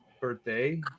birthday